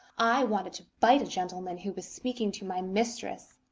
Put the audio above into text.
i wanted to bite a gentleman who was speaking to my mistress.